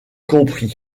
compris